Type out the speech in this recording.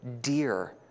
dear